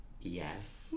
Yes